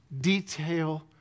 detail